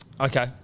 Okay